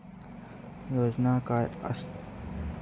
योजना काय आसत?